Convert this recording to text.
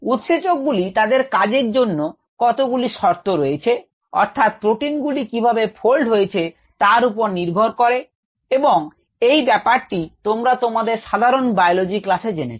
উৎসেচক গুলি তাদের কাজের জন্য কতগুলি শর্ত রয়েছে অর্থাৎ প্রোটিন গুলি কিভাবে ফোল্ড হয়েছে তার উপর নির্ভর করে এবং এই ব্যাপারটি তোমরা তোমাদের সাধারণ বায়োলজির ক্লাসে জেনেছো